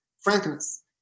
frankness